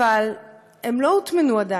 אבל הם לא הוטמנו עדיין,